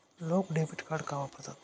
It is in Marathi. लोक डेबिट कार्ड का वापरतात?